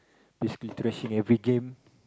basically trashing every game